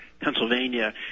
Pennsylvania